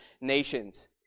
nations